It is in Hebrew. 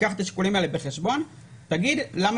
תיקח את השיקולים האלה בחשבון ותגיד למה,